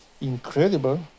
incredible